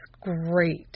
great